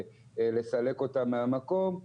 לסלק אותם מהמקום.